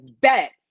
Bet